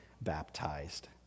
baptized